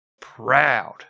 Proud